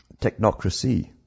technocracy